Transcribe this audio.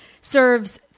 serves